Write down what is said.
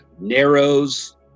Narrows